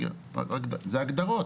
רגע, זה הגדרות.